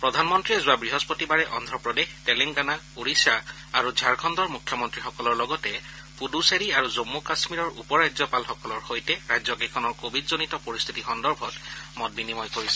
প্ৰধানমন্ত্ৰীয়ে যোৱা বৃহস্পতিবাৰে অদ্ধপ্ৰদেশ তেলেংগানা ওড়িশা আৰু ঝাৰখণুৰ মুখ্যমন্ত্ৰীসকলৰ লগতে পুড়ুচেৰী আৰু জম্ম কাশ্মীৰৰ উপ ৰাজ্যপালসকলৰ সৈতে ৰাজ্যকেইখনৰ কোৱিডজনিত পৰিস্থিতি সন্দৰ্ভত মত বিনিময় কৰিছিল